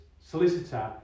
solicitor